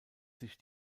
sich